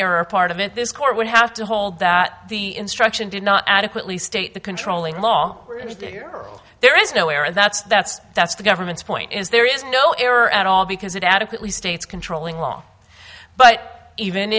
air or part of it this court would have to hold that the instruction did not adequately state the controlling law here there is no air and that's that's that's the government's point is there is no error at all because it adequately states controlling law but even